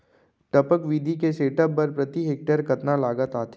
टपक विधि के सेटअप बर प्रति हेक्टेयर कतना लागत आथे?